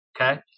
Okay